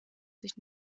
sich